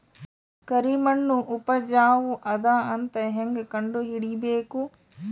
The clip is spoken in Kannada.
ಕರಿಮಣ್ಣು ಉಪಜಾವು ಅದ ಅಂತ ಹೇಂಗ ಕಂಡುಹಿಡಿಬೇಕು?